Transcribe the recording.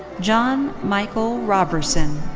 john michael roberson.